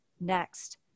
next